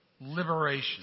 liberation